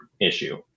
issue